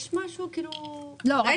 יש משהו כאילו --- אסביר.